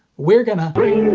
we're gonna bring